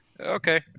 Okay